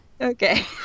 Okay